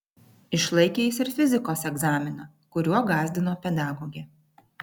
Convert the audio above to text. išlaikė jis ir fizikos egzaminą kuriuo gąsdino pedagogė